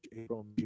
April